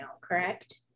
correct